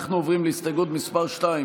אנחנו עוברים להסתייגות מס' 2,